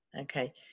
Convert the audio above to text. okay